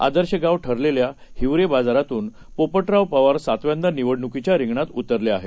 आदर्श गाव ठरलेलेल्या हिवरे बाजारातून पोपटराव पवार सातव्यांदा निवणुकीच्या रिंगणात उतरले आहेत